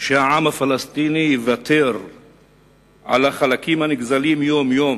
שהעם הפלסטיני יוותר על חלקים הנגזלים יום-יום